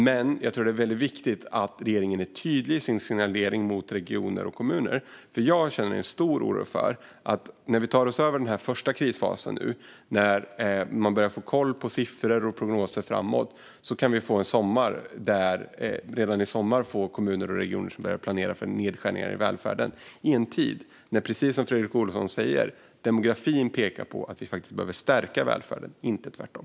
Men jag tror att det är mycket viktigt att regeringen är tydlig i sin signalering till kommuner och regioner. Jag känner nämligen en stor oro för att vi, när vi har tagit oss över den första krisfasen och börjar få koll på siffror och prognoser framåt, kan få en sommar då kommuner och regioner börjar planera för nedskärningar i välfärden, i en tid när demografin, precis som Fredrik Olovsson säger, pekar på att vi faktiskt behöver stärka välfärden - inte tvärtom.